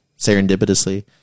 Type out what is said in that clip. serendipitously